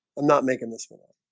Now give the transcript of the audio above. um not making this one